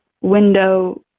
window